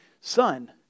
son